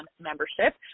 membership